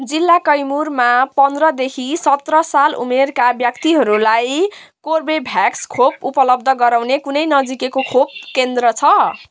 जिल्ला कैमुरमा पन्ध्रदेखि सत्र साल उमेरका व्यक्तिहरूलाई कोर्भेभ्याक्स खोप उपलब्ध गराउने कुनै नजिकैको खोप केन्द्र छ